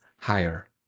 higher